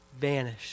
vanish